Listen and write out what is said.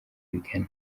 bigana